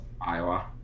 Iowa